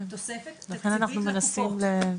תוספת תקציבית לקופות.